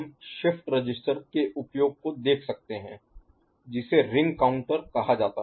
अब हम shift register के उपयोग को देख सकते हैं जिसे रिंग काउंटर कहा जाता है